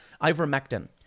ivermectin